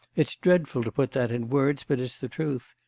it's dreadful to put that in words, but it's the truth.